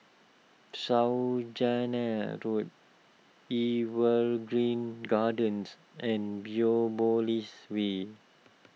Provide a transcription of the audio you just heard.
Saujana Road Evergreen Gardens and Biopolis Way